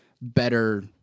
better